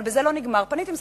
אבל זה לא נגמר בזה.